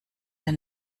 der